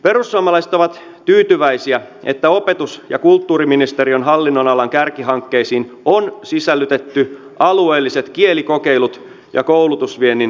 perussuomalaiset ovat tyytyväisiä että opetus ja kulttuuriministeriön hallinnonalan kärkihankkeisiin on sisällytetty alueelliset kielikokeilut ja koulutusviennin edistäminen